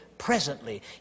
Presently